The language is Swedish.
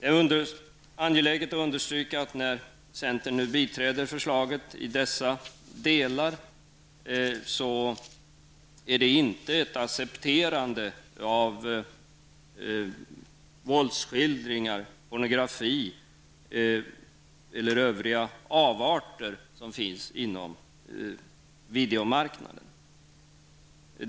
När centern nu biträder förslaget i dessa delar är det angeläget att understryka att det inte rör sig om ett accepterande av våldsskildringar, pornografi och andra avarter på videomarknaden.